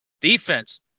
Defense